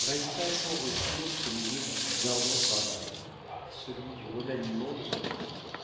resta sans ressources au milieu du plus ardent travail celui du remaniement de son œuvre